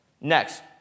Next